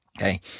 okay